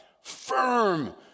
firm